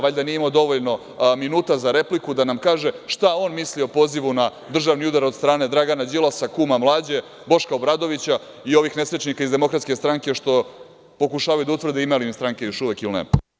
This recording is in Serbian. Valjda nije imao dovoljno minuta za repliku, da nam kaže šta on misli na pozivu na državni udar od strane Dragana Đilasa, kuma Mlađe, Boška Obradovića i ovih nesrećnika iz DS, što pokušavaju da utvrde ima li im stranke još uvek ili ne.